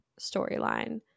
storyline